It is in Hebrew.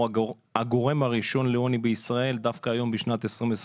הגורם הראשון לעוני בישראל דווקא היום בשנת 2023,